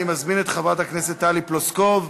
אני מזמין את חברת הכנסת טלי פלוסקוב,